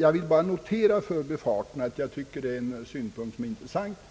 Jag vill bara säga i förbifarten att jag tycker att det är en intressant